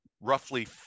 roughly